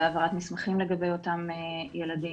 בהעברת מסמכים לגבי אותם ילדים,